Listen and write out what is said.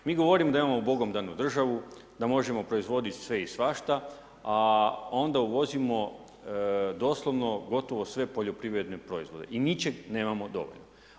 Mi govorimo da imamo Bogom danu državu, da možemo proizvoditi sve i svašta, a onda uvozimo doslovno gotovo sve poljoprivredne proizvode i ničeg nemamo dovoljno.